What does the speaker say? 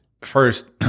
first